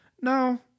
no